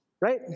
Right